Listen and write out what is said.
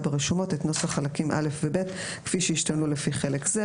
ברשומות את נוסח חלקים (א) ו-(ב) כפי שישתנו לפי חלק זה.